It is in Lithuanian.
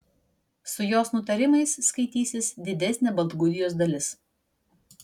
su jos nutarimais skaitysis didesnė baltgudijos dalis